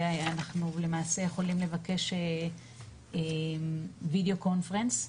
ואנחנו למעשה יכולים לבקש וידאו קונפרנס,